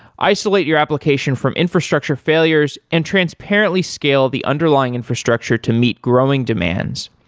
isolate your application from infrastructure failures and transparently scale the underlying infrastructure to meet growing demands,